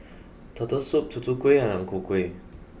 Turtle Soup Tutu Kueh and Ang Ku Kueh